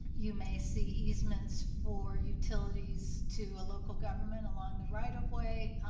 you may see easements for utilities to a local government along the right of way.